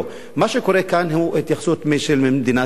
מה שקורה כאן הוא התייחסות של מדינת ישראל,